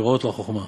פרפראות לחוכמה.